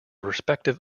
respective